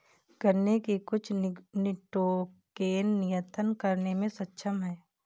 गन्ने की कुछ निटोगेन नियतन करने में सक्षम है